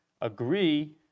agree